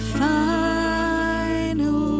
final